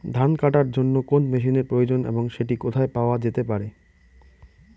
ধান কাটার জন্য কোন মেশিনের প্রয়োজন এবং সেটি কোথায় পাওয়া যেতে পারে?